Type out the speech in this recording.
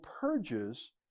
purges